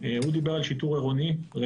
הוא דיבר על שיטור עירוני-רגלי.